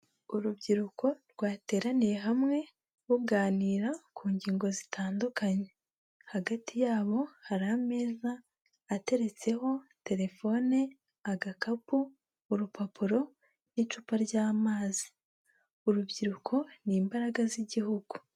Urubyiruko rwateraniye hamwe, ruganira ku ngingo zitandukanye. Hagati yabo, hari ameza ateretseho telefone, agakapu, urupapuro n'icupa ry'amazi. Urubyiruko ni imbaraga z'Igihugu.